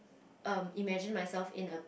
um imagine myself in a